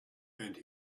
and